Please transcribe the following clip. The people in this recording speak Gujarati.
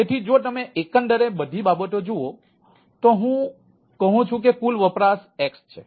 તેથી જો તમે એકંદર બધી બાબતો જુઓ તો હું કહું છું કે કુલ વપરાશ x છે